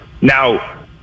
Now